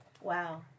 Wow